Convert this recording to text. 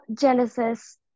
Genesis